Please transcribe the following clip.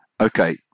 okay